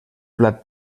plat